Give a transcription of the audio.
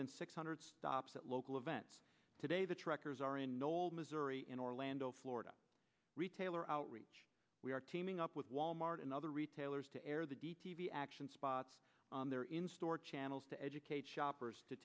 than six hundred stops at local events today the trek or in old missouri in orlando florida retailer outreach we are teaming up with wal mart and other retailers to air the d t b action spot their in store channels to educate shoppers to